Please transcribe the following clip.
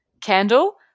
Candle